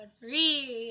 three